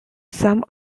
some